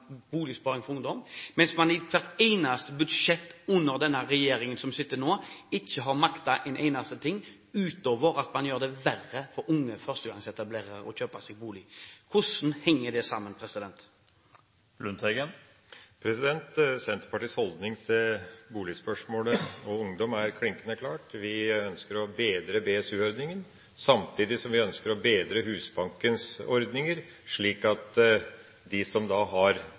boligsparing for ungdom, mens man i hvert eneste budsjett under den regjeringen som sitter nå, ikke har maktet en eneste ting utover at man gjør det verre for unge førstegangsetablerere å kjøpe seg bolig. Hvordan henger det sammen? Senterpartiets holdning til boligspørsmålet og ungdom er klinkende klar. Vi ønsker å bedre BSU-ordninga, samtidig som vi ønsker å bedre Husbankens ordninger, slik at de som har